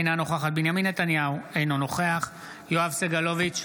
אינו נוכח בנימין נתניהו, אינו נוכח יואב סגלוביץ'